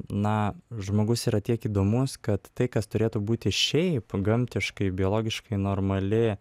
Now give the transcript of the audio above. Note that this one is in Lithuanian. na žmogus yra tiek įdomus kad tai kas turėtų būti šiaip gamtiškai biologiškai normali